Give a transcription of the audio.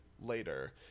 later